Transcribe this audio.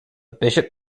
bishop